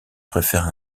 préfèrent